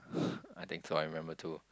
I think so I remember too